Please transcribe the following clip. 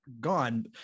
gone